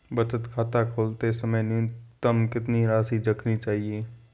बचत खाता खोलते समय न्यूनतम कितनी राशि रखनी चाहिए?